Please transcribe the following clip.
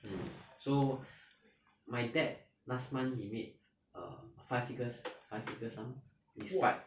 mm so my dad last month he made err five figures five figures hor despite